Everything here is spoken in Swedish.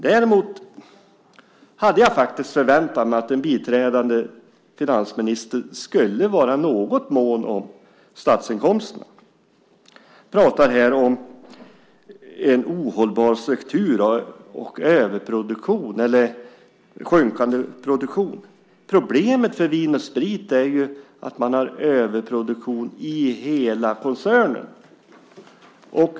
Däremot hade jag förväntat mig att den biträdande finansministern skulle vara något mån om statsinkomsterna. Han talar här om en ohållbar struktur och överproduktion eller minskande produktion. Problemet för Vin & Sprit är att man har överproduktion i hela koncernen.